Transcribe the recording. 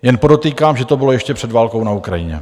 Jen podotýkám, že to bylo ještě před válkou na Ukrajině.